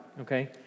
okay